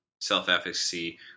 self-efficacy